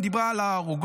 היא דיברה על הרוגלות